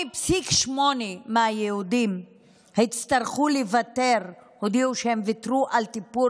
הודיעו 8.8% מהיהודים שהם ויתרו על טיפול